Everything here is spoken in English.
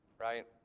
right